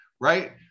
Right